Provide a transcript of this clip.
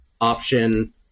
option